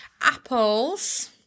apples